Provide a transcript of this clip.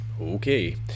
Okay